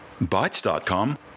Bytes.com